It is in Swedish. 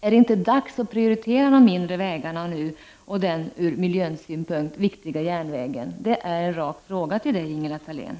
Är det inte dags att prioritera de mindre vägarna nu och den från miljösynpunkt viktiga järnvägen? Det är en rak fråga till Ingela Thalén.